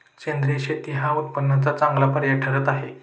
सेंद्रिय शेती हा उत्पन्नाला चांगला पर्याय ठरत आहे